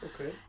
Okay